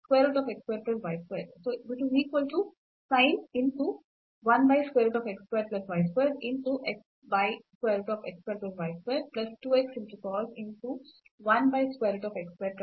ಮತ್ತು ನಂತರ ಇದು ಇಲ್ಲಿ ಬದಲಾಗದೆ ಉಳಿಯುತ್ತದೆ ಈ cos ಮತ್ತು ಈ ಪದದ ನಿಷ್ಪನ್ನವು 2 x ಆಗಿರುತ್ತದೆ